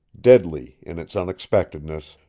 deadly in its unexpectedness,